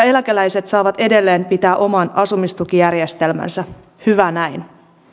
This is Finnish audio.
eläkeläiset saavat edelleen pitää oman asumistukijärjestelmänsä hyvä näin